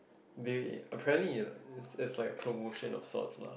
they apparently ah it's it's like a promotion of sorts lah